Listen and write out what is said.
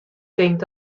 tinkt